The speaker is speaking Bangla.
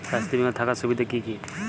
স্বাস্থ্য বিমা থাকার সুবিধা কী কী?